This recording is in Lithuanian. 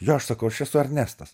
jo aš sakau aš esu ernestas